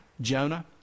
Jonah